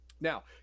Now